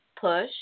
Push